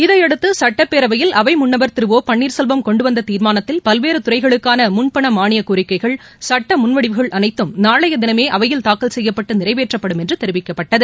இதையடுத்து சுட்டப்பேரவையில் அவை முன்னவர் திரு ஒ பன்னீர்செல்வம் கொண்டு வந்த தீர்மானத்தில் பல்வேறு துறைகளுக்கான முன்பண மாளியக் கோரிக்கைகள் சட்ட முன்வடிவுகள் அனைத்தம் நாளைய தினமே அவையில் தாக்கல் செய்யப்பட்டு நிறைவேற்றப்படும் என்று தெரிவிக்கப்பட்டது